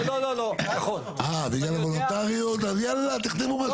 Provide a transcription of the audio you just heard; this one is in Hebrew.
אה בגלל הוולונטריות אז יאללה תכתבו מה שאתם רוצים?